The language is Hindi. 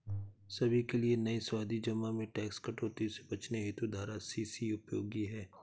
सभी के लिए नई सावधि जमा में टैक्स कटौती से बचने हेतु धारा अस्सी सी उपयोगी है